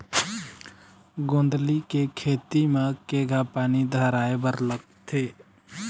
गोंदली के खेती म केघा पानी धराए बर लागथे?